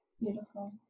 Beautiful